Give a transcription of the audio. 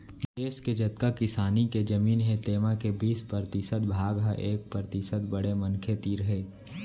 देस के जतका किसानी के जमीन हे तेमा के बीस परतिसत भाग ह एक परतिसत बड़े मनखे तीर हे